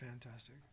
Fantastic